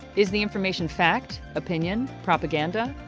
is the information fact, opinion, propaganda?